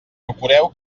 procureu